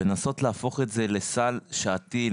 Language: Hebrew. ולנסות ולהפוך את זה לסל שעתי,